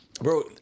Bro